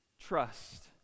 trust